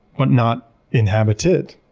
but not inhabited.